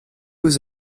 was